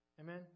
Amen